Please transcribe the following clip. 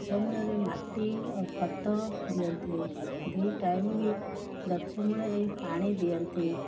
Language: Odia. ଗଛମୂଳରେ ମାଟି ଆଉ ଖତ ଦିଅନ୍ତି ଦୁଇ ଟାଇମ୍ ବି ଗଛମୂଳରେ ପାଣି ଦିଅନ୍ତି